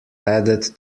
added